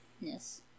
yes